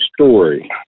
story